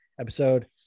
episode